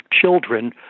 children